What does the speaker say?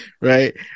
Right